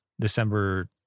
december